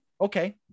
Okay